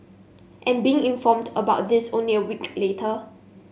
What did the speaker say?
and being informed about this only a week later